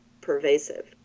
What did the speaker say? pervasive